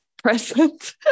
present